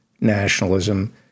nationalism